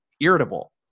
irritable